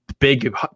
Big